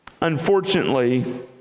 unfortunately